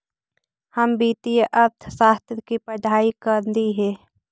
हम वित्तीय अर्थशास्त्र की पढ़ाई करली हे